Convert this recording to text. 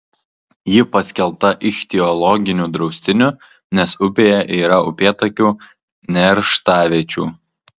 ji paskelbta ichtiologiniu draustiniu nes upėje yra upėtakių nerštaviečių